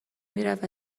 میرفت